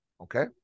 Okay